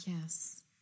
Yes